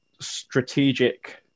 strategic